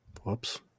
whoops